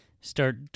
start